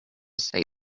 say